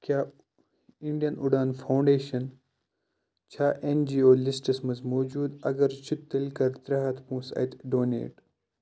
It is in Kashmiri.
کیٛاہ اِنٛڈیَن اُڑان فاوُنٛڈیشَن چھا این جی او لِسٹَس منٛز موٗجوٗد اگر چھِ تیٚلہِ کَر ترٛےٚ ہَتھ پۄنٛسہٕ اَتہِ ڈونیٹ